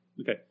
Okay